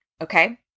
okay